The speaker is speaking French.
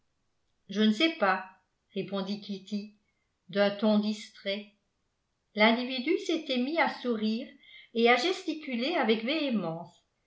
je ne sais pas répondit kitty d'un ton distrait l'individu s'était mis à sourire et à gesticuler avec véhémence